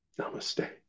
Namaste